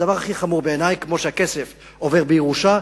בעיני הדבר הכי חמור: כמו שהכסף עובר בירושה,